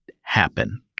happen